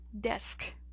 desk